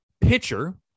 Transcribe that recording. pitcher